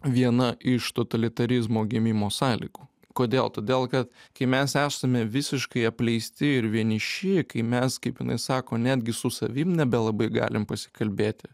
viena iš totalitarizmo gimimo sąlygų kodėl todėl kad kai mes esame visiškai apleisti ir vieniši kai mes kaip jinai sako netgi su savim nebelabai galim pasikalbėti